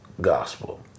gospel